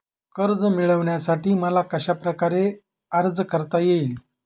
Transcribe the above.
कर्ज मिळविण्यासाठी मला कशाप्रकारे अर्ज करता येईल?